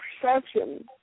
perception